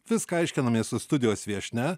viską aiškinamės su studijos viešnia